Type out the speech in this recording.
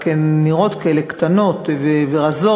רק הן נראות כאלה קטנות ורזות,